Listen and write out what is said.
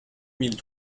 mille